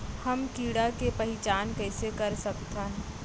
हम कीड़ा के पहिचान कईसे कर सकथन